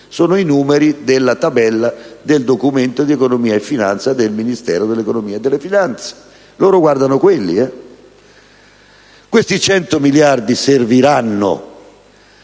sono i numeri della Tabella del Documento di economia e finanza del Ministero dell'economia e delle finanze che loro guardano. Questi 100 miliardi serviranno